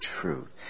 truth